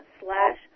slash